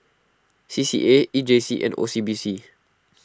C C A E J C and O C B C